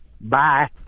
bye